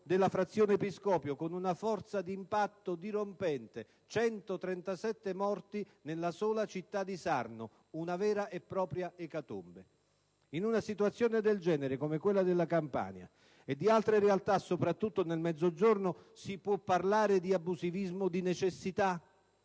della frazione Episcopio, con una forza d'impatto dirompente: 137 morti nella sola città di Sarno. Una vera e propria ecatombe! In una situazione del genere come quella della Campania e di altre realtà, soprattutto nel Mezzogiorno, si può parlare di abusivismo di necessità?